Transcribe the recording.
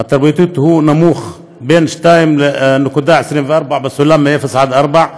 התרבותית הוא נמוך, 2.24 בסולם של 0 4,